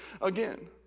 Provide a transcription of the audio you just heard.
again